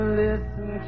listen